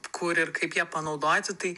kur ir kaip ją panaudoti tai